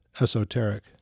esoteric